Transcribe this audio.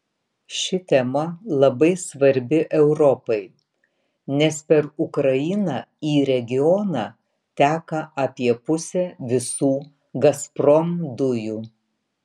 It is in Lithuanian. ši tema labai svarbi europai nes per ukrainą į regioną teka apie pusę visų gazprom dujų